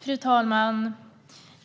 Fru talman!